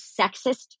sexist